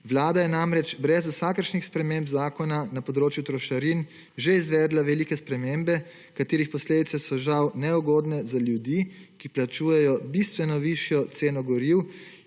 Vlada je namreč brez vsakršnih sprememb zakona na področju trošarin že izvedla velike spremembe katerih posledice so žal neugodne za ljudi, ki plačujejo bistveno višjo ceno goriv